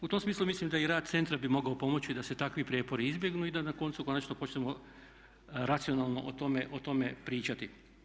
U tom smislu mislim da i rad centra bi mogao pomoći da se takvi prijepori izbjegnu i da na koncu konačno počnemo racionalno o tome pričati.